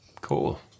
Cool